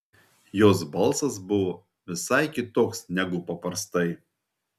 jos balsas buvo visai kitoks negu paprastai